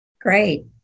Great